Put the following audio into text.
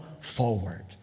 forward